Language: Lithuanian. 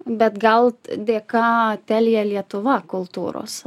bet gal dėka telia lietuva kultūros